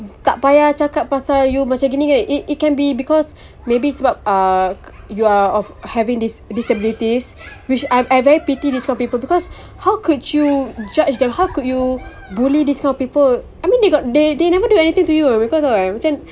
tak payah cakap pasal you macam gini kan it it can be because maybe sebab uh you are having this disabilities which I I very pity this for people because how could you judge them how could you bully this kind of people I mean they got they they never do anything to you [what] betul [what] macam